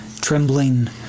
trembling